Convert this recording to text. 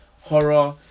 horror